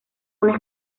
una